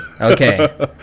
Okay